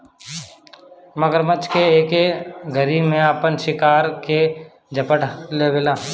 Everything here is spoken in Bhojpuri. मगरमच्छ एके घरी में आपन शिकार के झपट लेवेला